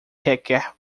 requer